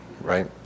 right